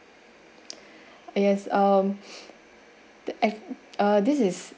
it has um the uh this is